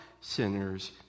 sinners